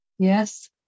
Yes